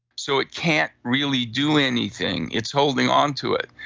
so, it can't really do anything, it's holding onto it.